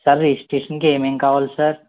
sir registration కి ఏమేమి కావాలి సార్